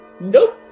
nope